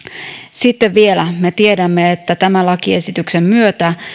sitten me vielä tiedämme että tämän lakiesityksen myötä